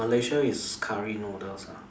Malaysia is curry noodles ah